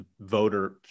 voter